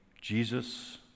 Jesus